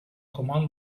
comando